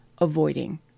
avoiding